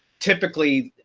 typically,